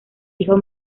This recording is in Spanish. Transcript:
hijo